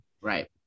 Right